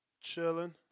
Chilling